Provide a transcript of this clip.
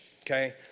okay